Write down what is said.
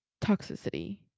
toxicity